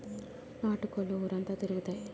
నాటు కోళ్లు ఊరంతా తిరుగుతాయి